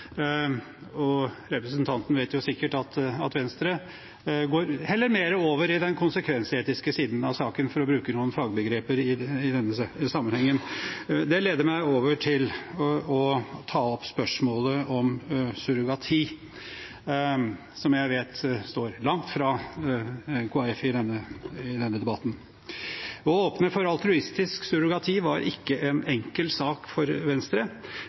dette. Representanten vet sikkert at Venstre heller mer over til den konsekvensetiske siden av saken – for å bruke noen fagbegreper i denne sammenhengen. Det leder meg over til å ta opp spørsmålet om surrogati, som jeg vet står langt fra Kristelig Folkeparti i denne debatten. Å åpne for altruistisk surrogati var ikke en enkel sak for Venstre,